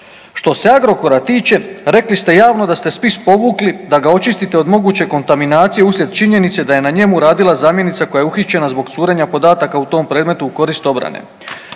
Što se Agrokora tiče, rekli ste javno da ste spis povukli da ga očistite od moguće kontaminacije uslijed činjenice da je na njemu radila zamjenica koja je uhićena zbog curenja podataka u tom predmetu u korist obrane.